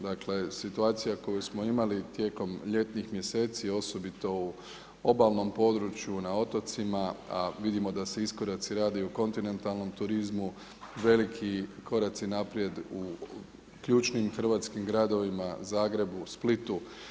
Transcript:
Dakle, situacija koju smo imali tijekom ljetnih mjeseci osobito u obalnom području, na otocima a vidimo da se iskoraci rade i u kontinentalnom turizmu, veliki koraci naprijed u ključnim hrvatskim gradovima, Zagrebu, Splitu.